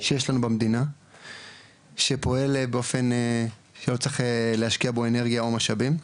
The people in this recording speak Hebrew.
שיש לנו במדינה שפועל באופן שלא צריך להשקיע בו אנרגיה או משאבים.